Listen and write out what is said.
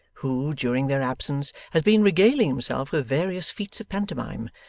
who, during their absence, has been regaling himself with various feats of pantomime,